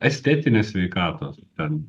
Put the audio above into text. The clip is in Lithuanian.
estetinės sveikatos ten